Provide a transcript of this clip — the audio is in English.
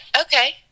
okay